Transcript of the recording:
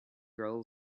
girl